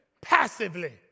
passively